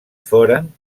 foren